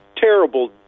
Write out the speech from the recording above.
terrible